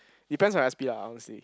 depends on your s_p ah I would say